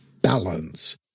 balance